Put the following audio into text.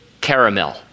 caramel